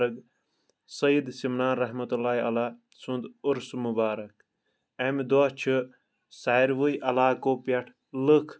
سید سمنا رحمۃ اللہ علیہ سُنٛد عُرسہِ مُبارَک اَمہِ دۄہ چھِ سٲوے علاقو پٮ۪ٹھ لُکھ